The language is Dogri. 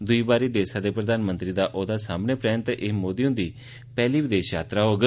दुई बारी देसै दे प्रधानमंत्री दा औहद्वा सांभने परैन्त एह् मोदी हृंदी पैहली विदेश यात्रा होग